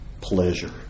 pleasure